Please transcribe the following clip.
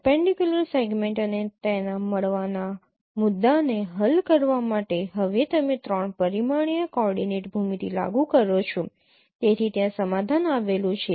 perpendicular segment અને તેના મળવાના મુદ્દાને હલ કરવા માટે હવે તમે ૩ પરિમાણીય કોઓર્ડિનેટ ભૂમિતિ લાગુ કરો છો તેથી ત્યાં સમાધાન આવેલું છે